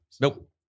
Nope